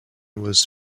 was